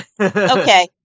okay